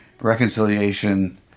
reconciliation